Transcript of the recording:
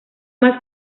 más